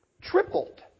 tripled